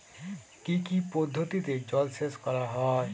কি কি পদ্ধতিতে জলসেচ করা হয়?